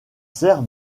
sert